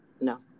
no